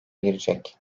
girecek